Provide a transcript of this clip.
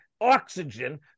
oxygen